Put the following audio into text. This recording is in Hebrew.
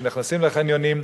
שנכנסים לחניונים,